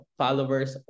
followers